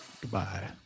Goodbye